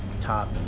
top